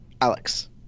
alex